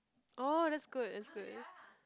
orh that's good that's good